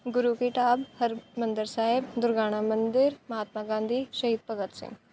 Guru ki Dhab Harmandir Sahib Durgiana Mandir Mahatma Gandhi Shaheed Bhagat Singh